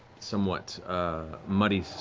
somewhat muddy,